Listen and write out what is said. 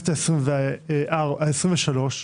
הכנסת ה-23,